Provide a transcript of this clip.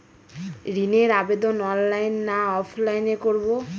ঋণের আবেদন অনলাইন না অফলাইনে করব?